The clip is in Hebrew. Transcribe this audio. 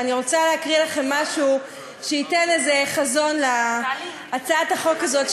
אני רוצה להקריא לכם משהו שייתן איזה חזון להצעת החוק הזאת,